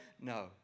no